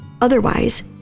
otherwise